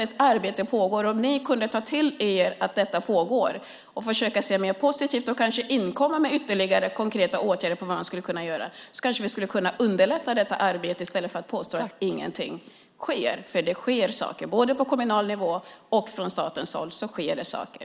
Ett arbete pågår. Om ni kunde ta till er att detta pågår, försöka se mer positivt och kanske inkomma med ytterligare konkreta förslag på vad man skulle kunna göra kanske det skulle kunna underlätta detta arbete i stället för att ni påstår att ingenting sker. För det sker saker. Både på kommunal nivå och från statens håll sker det saker.